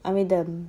I mean the